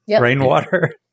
Rainwater